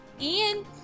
ian